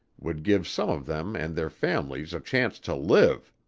would give some of them and their families a chance to live.